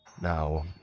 Now